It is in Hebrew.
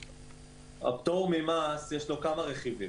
לפטור ממס יש כמה רכיבים.